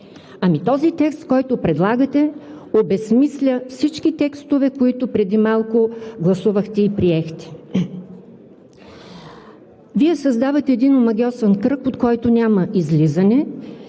прокурори“. Текстът, който предлагате, обезсмисля всички текстове, които преди малко гласувахте и приехте. Вие създавате един омагьосан кръг, от който няма излизане,